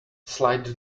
slide